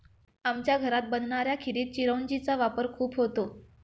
आमच्या घरात बनणाऱ्या खिरीत चिरौंजी चा वापर खूप होतो